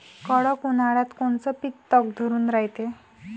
कडक उन्हाळ्यात कोनचं पिकं तग धरून रायते?